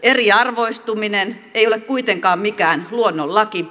eriarvoistuminen ei ole kuitenkaan mikään luonnonlaki